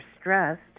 stressed